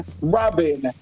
Robin